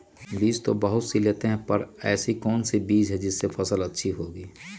बीज तो बहुत सी लेते हैं पर ऐसी कौन सी बिज जिससे फसल अच्छी होगी?